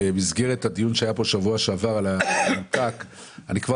הדיון שהיה פה בשבוע שעבר על הממותק אני יכול